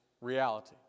reality